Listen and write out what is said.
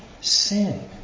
Sin